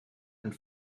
and